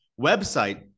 website